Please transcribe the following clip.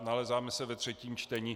Nalézáme se ve třetím čtení.